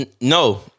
No